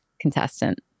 contestant